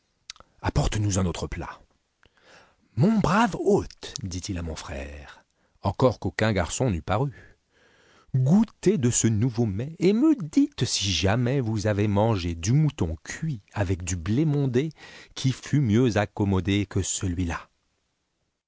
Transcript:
nous un autre plat mon brave hôte dit-il à mon frère encore qu'aucun garçon n'eût paru goûtez de ce nouveau mets et me dites si jamais vous avez mangé du mouton cuit avec du blé mondé qui fut mieux accommodé que celui-là